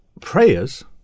prayers